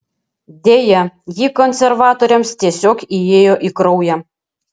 deja ji konservatoriams tiesiog įėjo į kraują